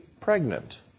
pregnant